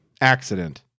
accident